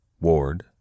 Ward